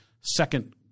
second